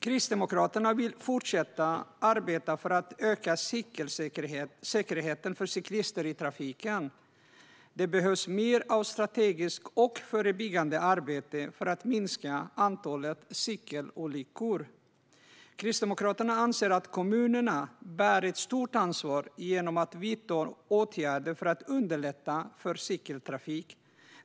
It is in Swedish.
Kristdemokraterna vill fortsätta att arbeta för att öka säkerheten för cyklister i trafiken. Det behövs mer av strategiskt och förebyggande arbete för att minska antalet cykelolyckor. Kristdemokraterna anser att kommunerna bär ett stort ansvar för att vidta åtgärder för att underlägga för cykeltrafik.